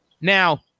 Now